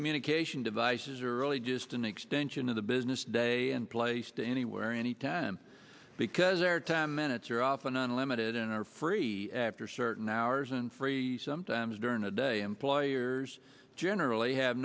communication devices are really just an extension of the business day and placed anywhere anytime because their time minutes are often unlimited and are free after certain hours and free sometimes during the day employers generally have